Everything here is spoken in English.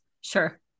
Sure